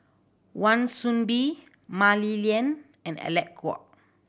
Wan Soon Bee Mah Li Lian and Alec Kuok